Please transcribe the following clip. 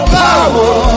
power